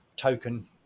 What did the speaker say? token